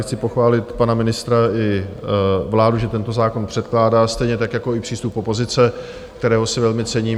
Chci pochválit pana ministra i vládu, že tento zákon předkládá, stejně tak jako i přístup opozice, kterého si velmi cením.